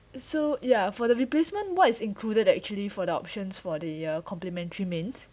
so ya for the replacement what is included that actually for the options for the uh complimentary main